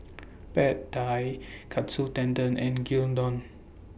Pad Thai Katsu Tendon and Gyudon